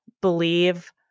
believe